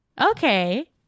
Okay